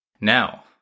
Now